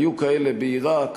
היו כאלה בעיראק,